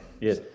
Yes